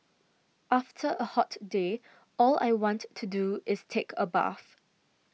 after a hot day all I want to do is take a bath